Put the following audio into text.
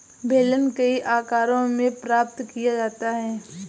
बेलन कई आकारों में प्राप्त किया जाता है